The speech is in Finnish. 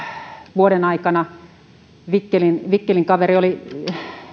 vuoden aikana vikkelin vikkelin kaveri oli